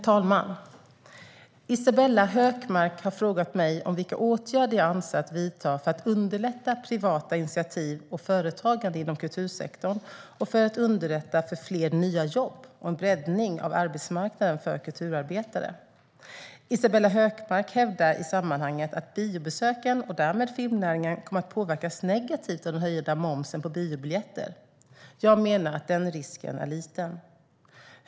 Herr talman! Isabella Hökmark har frågat mig vilka åtgärder jag avser att vidta för att underlätta privata initiativ och företagande inom kultursektorn och för att underlätta för fler nya jobb och en breddning av arbetsmarknaden för kulturarbetare. Isabella Hökmark hävdar i sammanhanget att biobesöken och därmed filmnäringen kommer att påverkas negativt av den höjda momsen på biobiljetter. Jag menar att den risken är liten.